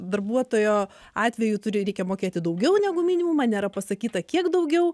darbuotojo atveju turi reikia mokėti daugiau negu minimumą nėra pasakyta kiek daugiau